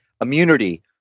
immunity